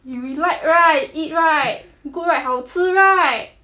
you like right eat right good right 好吃 right